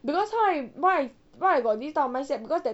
because how I why I why I got this type of mindset because that